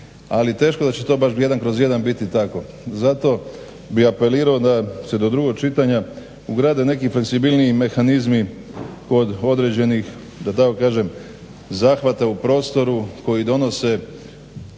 Ali teško da će to baš jedan kroz jedan biti tako. Zato bi apelirao da se do drugog čitanja ugrade neki fleksibilniji mehanizmi kod određenih da tako kažem zahvata u prostoru koji donose